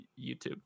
YouTube